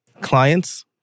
clients